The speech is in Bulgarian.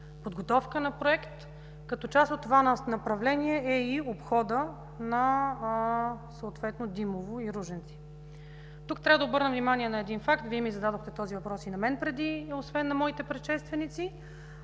на Проект. Като част от това направление е и обходът на съответно Димово и Ружинци. Тук трябва да обърнем внимание на един факт. Вие ми зададохте този въпрос и преди, освен на моите предшественици.